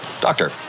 Doctor